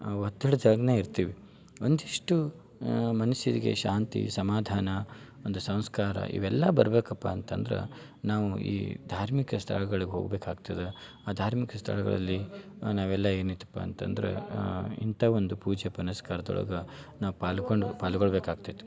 ಒತ್ತಡದಾಗ್ನೇ ಇರ್ತೀವಿ ಒಂದಿಷ್ಟು ಮನುಷ್ಯರಿಗೆ ಶಾಂತಿ ಸಮಾಧಾನ ಒಂದು ಸಂಸ್ಕಾರ ಇವೆಲ್ಲ ಬರ್ಬೇಕಪ್ಪ ಅಂತಂದ್ರೆ ನಾವು ಈ ಧಾರ್ಮಿಕ ಸ್ಥಳಗಳಿಗೆ ಹೋಗಬೇಕಾಗ್ತದೆ ಆ ಧಾರ್ಮಿಕ ಸ್ಥಳಗಳಲ್ಲಿ ನಾವೆಲ್ಲ ಏನೈತಪ್ಪ ಅಂತಂದ್ರೆ ಇಂಥ ಒಂದು ಪೂಜೆ ಪುನಸ್ಕಾರ್ದೊಳಗ ನಾವು ಪಾಲ್ಗೊಂಡು ಪಾಲ್ಗೊಳ್ಬೇಕಾಗ್ತೈತಿ